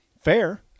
fair